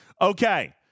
Okay